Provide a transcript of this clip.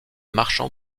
marchand